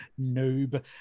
noob